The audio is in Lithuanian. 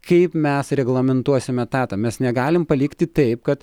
kaip mes reglamentuosim etatą mes negalim palikti taip kad